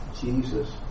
Jesus